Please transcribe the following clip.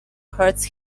hurts